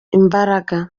imbaraga